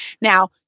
Now